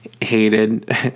hated